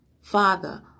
Father